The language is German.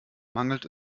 mangelt